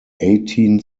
eighteen